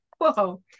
whoa